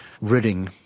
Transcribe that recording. ridding